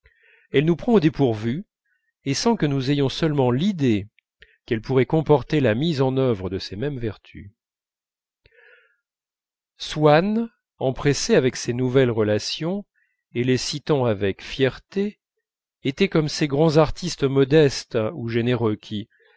elle nous prend au dépourvu et sans que nous ayons seulement l'idée qu'elle pourrait comporter la mise en œuvre de ces mêmes vertus swann empressé avec ces nouvelles relations et les citant avec fierté était comme ces grands artistes modestes ou généreux qui